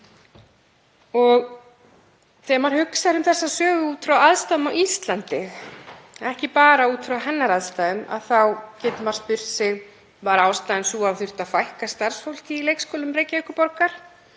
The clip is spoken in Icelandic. Þegar maður hugsar um þessa sögu út frá aðstæðum á Íslandi, ekki bara út frá hennar aðstæðum, þá getur maður spurt sig: Var ástæðan sú að fækka þyrfti starfsfólki í leikskólum Reykjavíkurborgar?